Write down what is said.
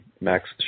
Max